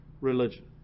religion